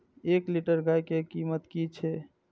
एक लीटर गाय के कीमत कि छै?